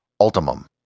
Ultimum